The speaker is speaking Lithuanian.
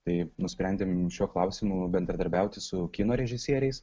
tai nusprendėm šiuo klausimu bendradarbiauti su kino režisieriais